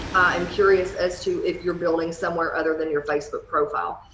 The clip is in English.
i'm curious as to if you're building somewhere other than your facebook profile.